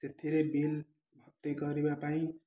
ସେଥିରେ ବିଲ୍ କରିବା ପାଇଁ